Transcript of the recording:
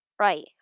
Right